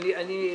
והלח"י.